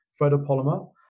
photopolymer